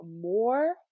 more